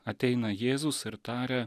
ateina jėzus ir taria